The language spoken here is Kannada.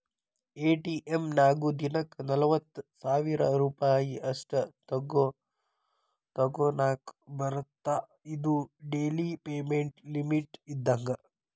ಎ.ಟಿ.ಎಂ ನ್ಯಾಗು ದಿನಕ್ಕ ನಲವತ್ತ ಸಾವಿರ್ ರೂಪಾಯಿ ಅಷ್ಟ ತೋಕೋನಾಕಾ ಬರತ್ತಾ ಇದು ಡೆಲಿ ಪೇಮೆಂಟ್ ಲಿಮಿಟ್ ಇದ್ದಂಗ